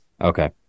okay